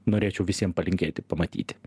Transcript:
norėčiau visiem palinkėti pamatyti